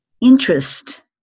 interest